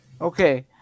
Okay